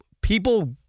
People